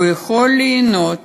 והוא יכול ליהנות